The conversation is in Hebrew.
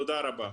תודה רבה.